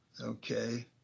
Okay